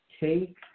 take